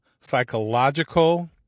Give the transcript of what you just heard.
psychological